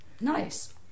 Nice